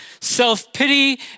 self-pity